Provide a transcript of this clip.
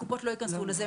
הקופות לא יכנסו לזה.